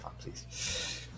please